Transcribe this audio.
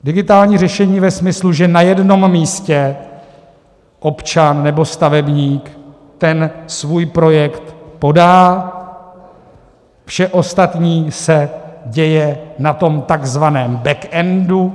Digitální řešení ve smyslu, že na jednom místě občan nebo stavebník svůj projekt podá, vše ostatní se děje na takzvaném backendu.